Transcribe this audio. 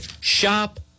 shop